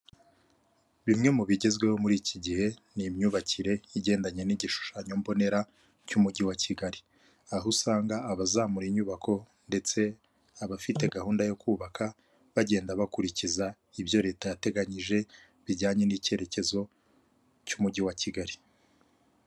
Bimwe mu bigezweho muri iki gihe, ni imyubakire igendanye n'igishushanyo mbonera cy'umujyi wa Kigali, aho usanga abazamura inyubako ndetse abafite gahunda yo kubaka bagenda bakurikiza ibyo leta yateganyije bijyanye n'icyerekezo cy'umujyi wa Kigali.